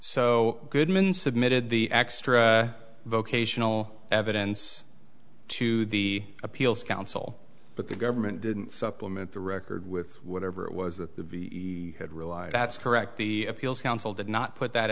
so goodman submitted the extra vocational evidence to the appeals counsel but the government didn't supplement the record with whatever it was that the had relied that's correct the appeals counsel did not put that